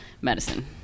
medicine